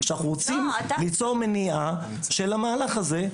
אנחנו רוצים ליצור מניעה של המהלך הזה.